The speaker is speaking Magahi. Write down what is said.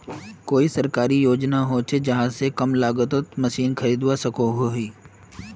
कोई सरकारी योजना होचे जहा से कम लागत तोत मशीन खरीदवार सकोहो ही?